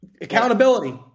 accountability